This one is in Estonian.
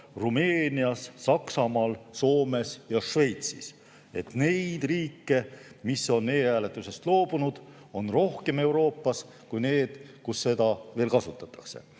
Rumeenias, Saksamaal, Soomes ja Šveitsis. Neid riike, mis on e‑hääletusest loobunud, on Euroopas rohkem kui neid, kus seda veel kasutatakse.